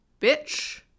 bitch